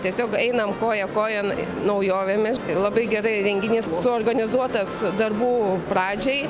tiesiog einam koja kojon naujovėmis labai gerai renginys suorganizuotas darbų pradžiai